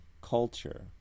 culture